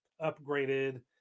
upgraded